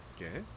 Okay